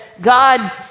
God